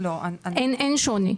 אין שוני?